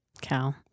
Cal